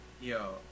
Yo